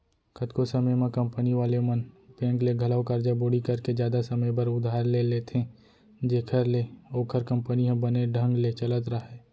कतको समे म कंपनी वाले मन बेंक ले घलौ करजा बोड़ी करके जादा समे बर उधार ले लेथें जेखर ले ओखर कंपनी ह बने ढंग ले चलत राहय